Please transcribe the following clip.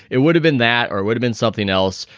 it would've been that or would've been something else.